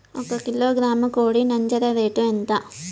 ఒక కిలోగ్రాము కోడి నంజర రేటు ఎంత?